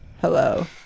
Hello